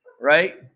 right